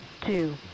two